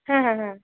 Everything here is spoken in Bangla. হ্যাঁ হ্যাঁ হ্যাঁ